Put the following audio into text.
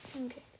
okay